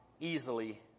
easily